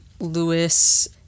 lewis